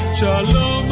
shalom